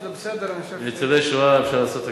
עם ניצולי שואה אפשר לעשות הכול,